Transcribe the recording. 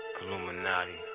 Illuminati